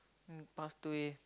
then he passed away